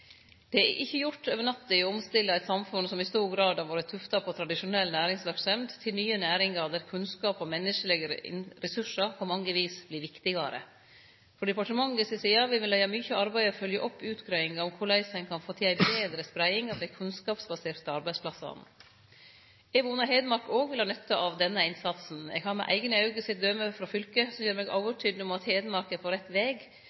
Det er ikkje gjort over natta å omstille eit samfunn som i stor grad har vore tufta på tradisjonell næringsverksemd, til nye næringar der kunnskap og menneskelege ressursar på mange vis vert viktigare. Frå departementet si side vil me leggje mykje arbeid i å følgje opp utgreiinga om korleis ein kan få til ei betre spreiing av dei kunnskapsbaserte arbeidsplassane. Eg vonar Hedmark også vil ha nytte av denne innsatsen. Eg har med eigne auge sett døme frå fylket som gjer meg overtydd om at Hedmark er på rett veg